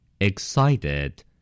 Excited